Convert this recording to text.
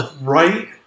Right